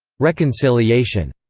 reconciliation.